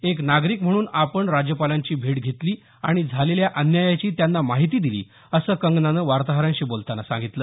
एक नागरिक म्हणून आपण राज्यपालांची भेट घेतली आणि झालेल्या अन्यायाची त्यांना माहिती दिली असं कंगनानं वार्ताहरांशी बोलताना सांगितलं